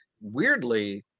weirdly